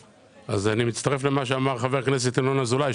למה שאמר חבר הכנסת ינון אזולאי,